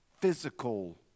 physical